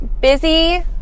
busy